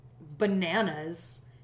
bananas